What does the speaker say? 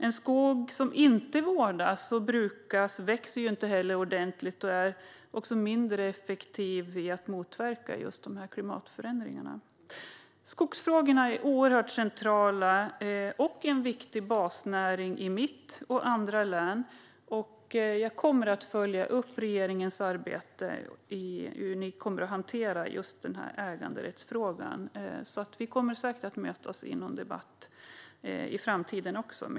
En skog som inte vårdas och brukas växer inte heller ordentligt och är mindre effektiv i att motverka klimatförändringarna. Skogsfrågorna är oerhört centrala, och skogen är en viktig basnäring i mitt hemlän och i andra län. Jag kommer att följa upp regeringens arbete och hur ni kommer att hantera äganderättsfrågan. Vi kommer säkert att mötas i någon debatt i framtiden.